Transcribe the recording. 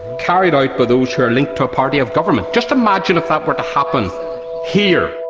carried out by those who are linked to a party of government. just imagine if that were to happen here.